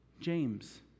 James